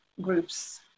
groups